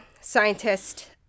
scientist